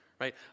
right